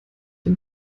den